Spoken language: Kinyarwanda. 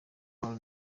pearl